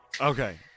Okay